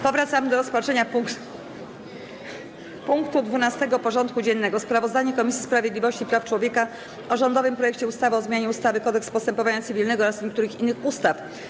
Powracamy do rozpatrzenia punktu 12. porządku dziennego: Sprawozdanie Komisji Sprawiedliwości i Praw Człowieka o rządowym projekcie ustawy o zmianie ustawy Kodeks postępowania cywilnego oraz niektórych innych ustaw.